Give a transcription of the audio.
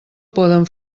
poden